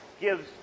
gives